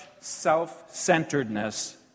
self-centeredness